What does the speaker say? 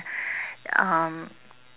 um